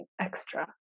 extra